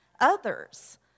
others